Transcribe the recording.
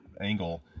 angle